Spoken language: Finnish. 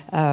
pää